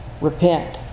repent